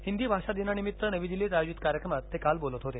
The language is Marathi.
हिंदी भाषा दिनानिमित्त नवी दिल्लीत आयोजित कार्यक्रमात ते काल बोलत होते